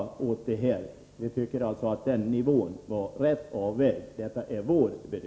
Vår bedömning är att den nivån var rätt avvägd.